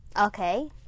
Okay